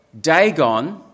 Dagon